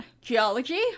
geology